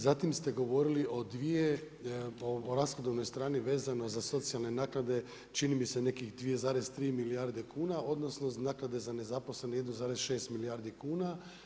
Zatim ste govorili o rashodovnoj strani vezano za socijalne naknade čini mi se nekih 2,3 milijarde kuna odnosno naknade za nezaposlene 1,6 milijardi kuna.